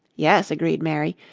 yes, agreed mary,